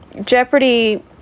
Jeopardy